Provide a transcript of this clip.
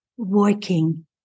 working